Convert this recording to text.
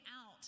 out